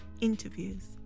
interviews